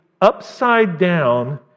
upside-down